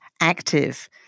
active